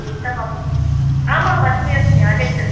उत्तमम् आमामाम् अस्मि अस्मि आगच्छतु